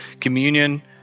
communion